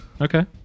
Okay